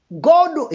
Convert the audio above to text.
God